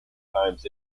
times